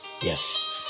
Yes